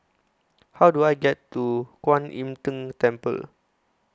How Do I get to Kuan Im Tng Temple